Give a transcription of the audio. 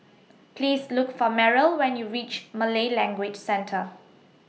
Please Look For Meryl when YOU REACH Malay Language Centre